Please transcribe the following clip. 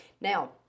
Now